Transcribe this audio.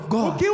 God